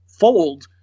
Fold